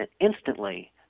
instantly